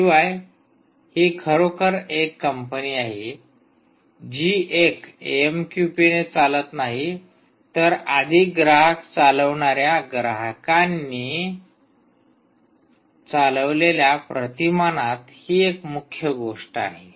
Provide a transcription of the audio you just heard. शिवाय ही खरोखर एक कंपनी आहे जी एक एएमक्यूपीने चालत नाही तर अधिक ग्राहक चालविणार्या ग्राहकांनी चालवलेल्या प्रतिमानात ही एक मुख्य गोष्ट आहे